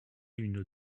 une